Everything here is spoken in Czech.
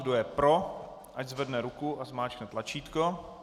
Kdo je pro, ať zvedne ruku a zmáčkne tlačítko.